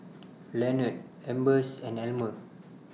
Leonard Ambers and Almer